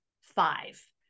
five